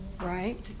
right